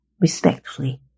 respectfully